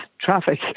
traffic